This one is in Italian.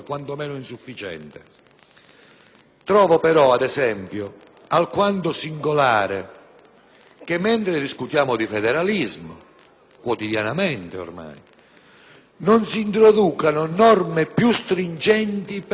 Trovo, però, alquanto singolare che, mentre discutiamo di federalismo (quotidianamente ormai), non si introducano norme più stringenti per premiare gli enti virtuosi.